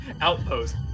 outpost